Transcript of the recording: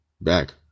back